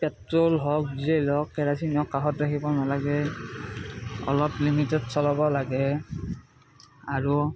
petrol হওক diesel হওক kerosene হওক কাষত ৰাখিব নালাগে অলপ লিমিটত চলাব লাগে আৰু